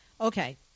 okay